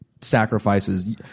sacrifices